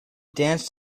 danced